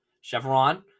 Chevron